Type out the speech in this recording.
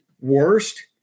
worst